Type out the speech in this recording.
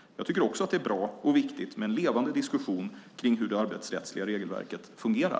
Jag tycker också att det är bra och viktigt med en levande diskussion kring hur det arbetsrättsliga regelverket fungerar.